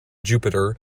jupiter